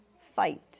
fight